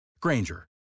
Granger